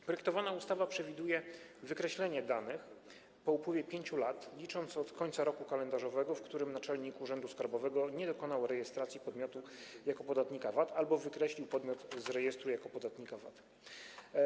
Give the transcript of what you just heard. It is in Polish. W projektowanej ustawie przewiduje się wykreślenie danych podmiotu po upływie 5 lat, licząc od dnia upływu roku kalendarzowego, w którym naczelnik urzędu skarbowego nie dokonał rejestracji podmiotu jako podatnika VAT albo wykreślił podmiot z rejestru jako podatnika VAT.